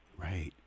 Right